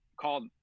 called